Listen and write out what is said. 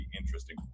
interesting